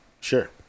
Sure